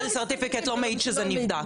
Presale certificate לא מעיד שזה נבדק.